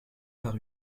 par